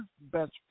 best